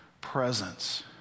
presence